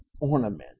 ornament